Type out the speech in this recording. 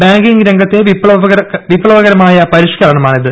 banking രംഗത്തെ വിപ്തവകരമായ പരിഷ്കരണമാണിത്